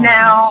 Now